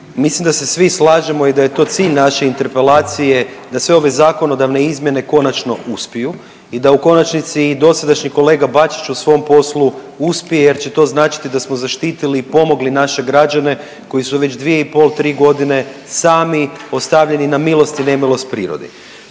mislim da se svi slažemo i da je to cilj naše interpelacije da sve ove zakonodavne izmjene konačno uspiju i da u konačnici i dosadašnji kolega Bačić u svom poslu uspije jer će to značiti da smo zaštitili i pomogli naše građane koji su već 2,5-3.g. sami ostavljeni na milost i nemilost prirodi.